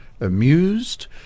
amused